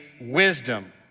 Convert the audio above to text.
wisdom